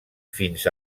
fins